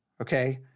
okay